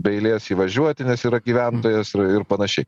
be eilės įvažiuoti nes yra gyventojas ir ir panašiai